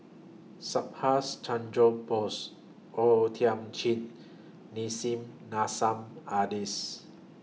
Subhas Chandra Bose O Thiam Chin Nissim Nassim Adis